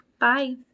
Bye